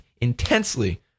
intensely